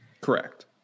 Correct